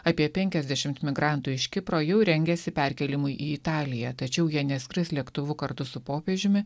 apie penkiasdešimt migrantų iš kipro jau rengiasi perkėlimui į italiją tačiau jie neskris lėktuvu kartu su popiežiumi